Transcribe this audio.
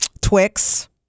Twix